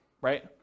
right